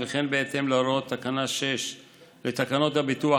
וכן בהתאם להוראות תקנה 6 לתקנות הביטוח